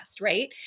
right